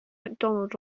macdonald